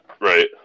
Right